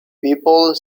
people